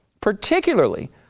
particularly